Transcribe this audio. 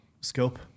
scope